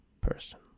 person